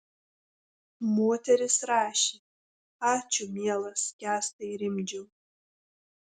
moteris rašė ačiū mielas kęstai rimdžiau